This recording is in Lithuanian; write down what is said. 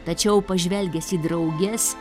tačiau pažvelgęs į drauges